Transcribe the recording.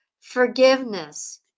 Forgiveness